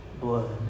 blood